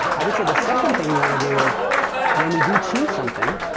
i would say the second thing we want to do is when we do choose something,